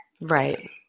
right